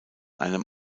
einem